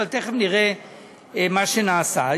אבל תכף נראה מה נעשה.